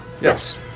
Yes